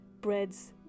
breads